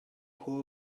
pool